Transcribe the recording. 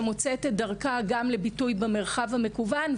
שמוצאת את דרכה גם לביטוי במרחב המקוון.